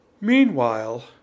Meanwhile